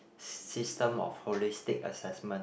system of holistic assessment